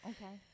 Okay